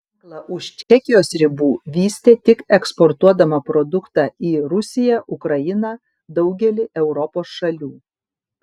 ženklą už čekijos ribų vystė tik eksportuodama produktą į rusiją ukrainą daugelį europos šalių